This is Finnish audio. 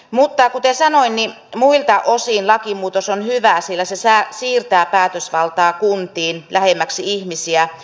mutta kuten sanoin muilta osin lakimuutos on hyvä sillä se siirtää päätösvaltaa kuntiin lähemmäksi ihmisiä